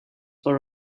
for